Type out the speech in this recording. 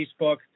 Facebook